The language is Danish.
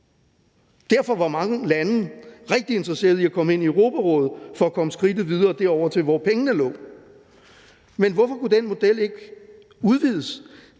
Derfor var mange lande rigtig interesseret i at komme ind i Europarådet, altså for at komme skridtet videre over til, hvor pengene lå. Men hvorfor kunne den model ikke udvides